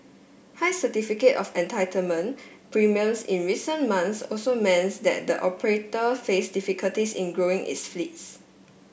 high Certificate of Entitlement premiums in recent months also means that the operator face difficulties in growing its fleets